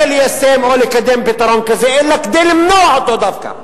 ליישם או לקדם פתרון כזה אלא כדי למנוע אותו דווקא.